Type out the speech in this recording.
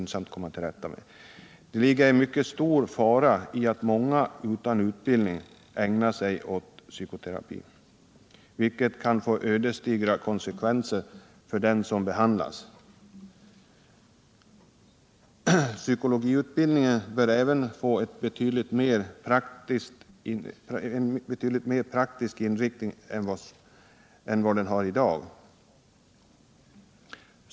Det ligger en mycket stor fara i att många utan utbildning ägnar sig åt psykoterapi, vilket kan få ödesdigra konse kvenser för den som skall behandlas. Psykologiutbildningen bör även få en betydligt mer praktisk inriktning än vad den har i dag.